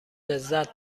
لذت